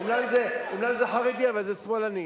אומנם זה חרדי, אבל זה שמאלני.